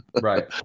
right